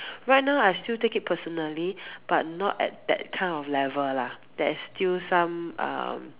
right now I still take it personally but not at that kind of level lah there's still some um